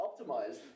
optimized